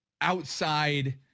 outside